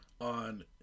on